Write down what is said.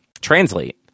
translate